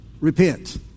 Repent